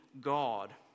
God